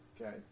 Okay